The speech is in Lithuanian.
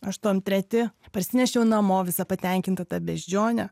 aštuom treti parsinešiau namo visa patenkinta tą beždžionę